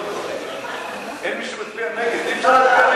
אין מי שמצביע נגד.